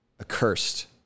Accursed